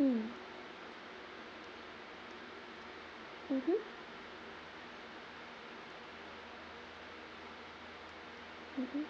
mm mmhmm mmhmm